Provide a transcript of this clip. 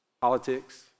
politics